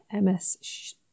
MS